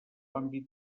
àmbit